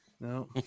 No